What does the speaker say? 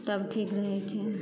तब ठीक रहै छै